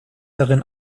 darin